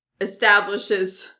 establishes